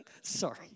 Sorry